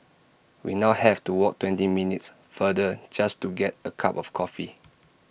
we now have to walk twenty minutes farther just to get A cup of coffee